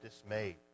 Dismayed